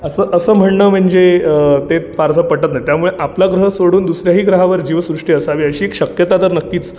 असं असं म्हणणं म्हणजे ते फारसं पटत नाही त्यामुळे आपला ग्रह सोडून दुसऱ्याही ग्रहावर जीवसृष्टी असावी अशी एक शक्यता तर नक्कीच